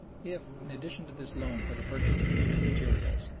if, in addition to this loan for the purchase of food and materials,